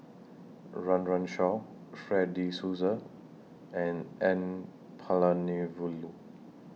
Run Run Shaw Fred De Souza and N Palanivelu